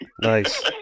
Nice